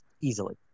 easily